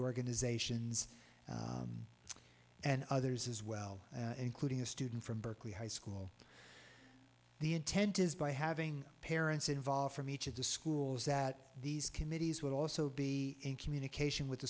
organizations and others as well including a student from berkeley high school the intent is by having parents involved from each of the schools that these committees would also be in communication with the